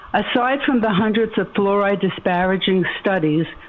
aside from the hundreds of fluoride disparaging studies,